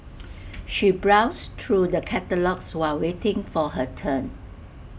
she browsed through the catalogues while waiting for her turn